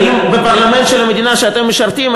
האם בפרלמנט של המדינה שאתם משרתים,